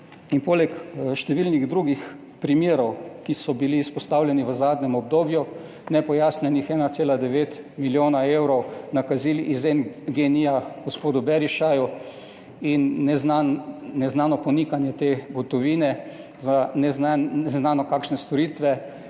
in poleg številnih drugih primerov, ki so bili izpostavljeni v zadnjem obdobju, nepojasnjenih 1,9 milijona evrov nakazil iz ene Gen-I gospodu Berišaju in neznano ponikanje te gotovine, za neznano kakšne storitve